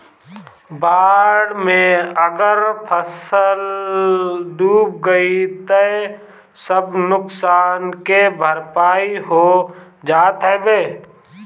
बाढ़ में अगर फसल डूब गइल तअ सब नुकसान के भरपाई हो जात हवे